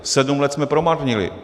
Sedm let jsme promarnili.